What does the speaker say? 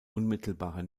unmittelbarer